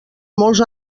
molts